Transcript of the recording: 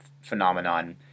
phenomenon